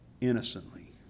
innocently